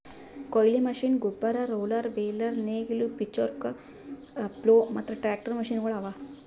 ಕೊಯ್ಲಿ ಮಷೀನ್, ಗೊಬ್ಬರ, roller, baler, ನೇಗಿಲು, ಪಿಚ್ಫೋರ್ಕ್, ಪ್ಲೊ ಮತ್ತ ಟ್ರಾಕ್ಟರ್ ಮಷೀನಗೊಳ್ ಅವಾ